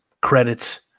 credits